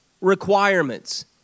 requirements